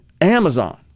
Amazon